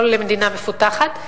לא למדינה מפותחת,